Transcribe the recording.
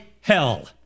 hell